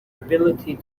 ability